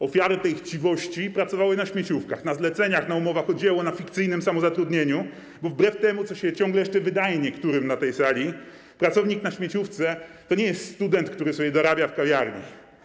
Ofiary tej chciwości pracowały na śmieciówkach, na zleceniach, na umowach o dzieło, na fikcyjnym samozatrudnieniu, bo wbrew temu, co się ciągle jeszcze wydaje niektórym na tej sali, pracownik na śmieciówce to nie jest student, który sobie dorabia w kawiarni.